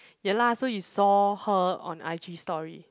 ya lah so you saw her on i_g story